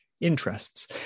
interests